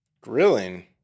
Grilling